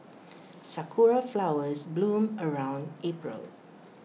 Sakura Flowers bloom around April